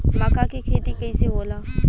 मका के खेती कइसे होला?